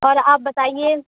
اور آپ بتائیے